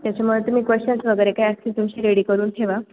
त्याच्यामुळे तुम्ही क्वेश्चन्स वगैरे काय असतील तुमचे रेडी करून ठेवा